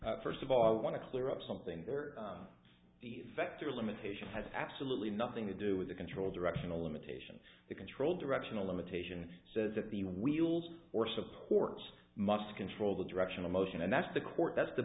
meant first of all i want to clear up something there effects are limitations has absolutely nothing to do with the control directional limitations the control directional limitations says that the wheels or supports must control the direction of motion and that's the court that's the